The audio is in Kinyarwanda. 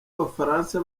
abafaransa